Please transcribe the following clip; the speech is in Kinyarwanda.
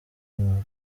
nka